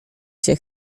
się